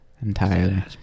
entirely